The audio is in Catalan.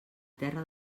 terra